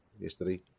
yesterday